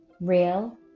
real